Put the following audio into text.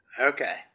Okay